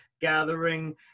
gathering